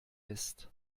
ist